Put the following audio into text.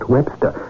Webster